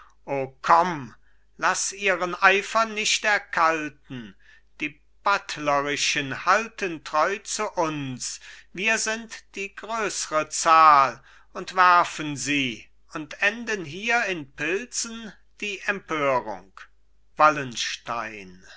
komm laß ihren eifer nicht erkalten die buttlerischen halten treu zu uns wir sind die größre zahl und werfen sie und enden hier in pilsen die empörung wallenstein